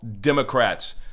Democrats